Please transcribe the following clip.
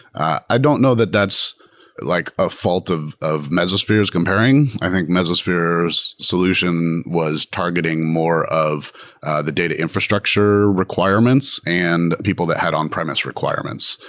i don't know that that's like a fault of of mesosphere's comparing. i think mesosphere's solution was targeting more of the data infrastructure requirements and people that had on-premise requirements,